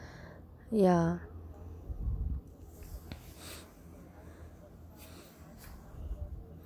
ya